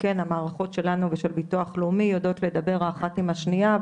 המערכות שלנו ושל ביטוח לאומי יודעות לדבר האחת עם השנייה,